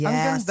Yes